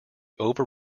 over